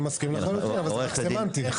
אבל זה רק סמנטי.